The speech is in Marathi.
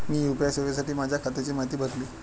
मी यू.पी.आय सेवेसाठी माझ्या खात्याची माहिती भरली